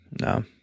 no